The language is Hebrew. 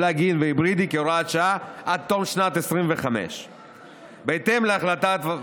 פלאג-אין והיברידי כהוראת שעה עד תום שנת 2025. בהתאם להחלטת הוועדה,